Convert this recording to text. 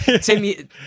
Tim